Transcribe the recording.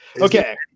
Okay